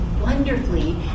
wonderfully